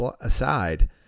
aside